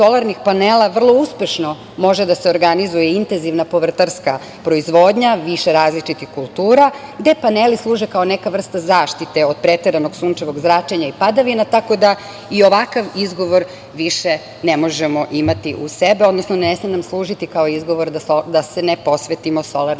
solarnih panela vrlo uspešno može da se organizuje intenzivna povrtarska proizvodnja više različitih kultura, gde paneli služe kao neka vrsta zaštite od preteranog sunčevog zračenja i padavina, tako da i ovakav izgovor više ne možemo imati uz sebe, odnosno ne sme nam služiti kao izgovor da se ne posvetimo solarnim panelima